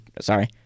sorry